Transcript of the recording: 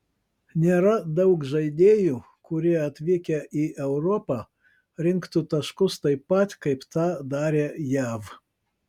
nėra daug žaidėjų kurie atvykę į europą rinktų taškus taip pat kaip tą darė jav